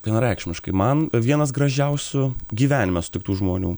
vienareikšmiškai man vienas gražiausių gyvenime sutiktų žmonių